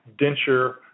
denture